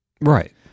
Right